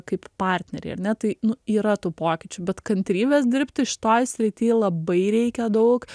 kaip partneriai ar ne tai nu yra tų pokyčių bet kantrybės dirbti šitoj srity labai reikia daug